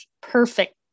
perfect